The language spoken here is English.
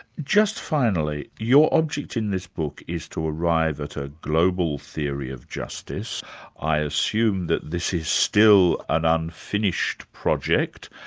just finally, your object in this book is to arrive at a global theory of justice i assume that this is still an unfinished project.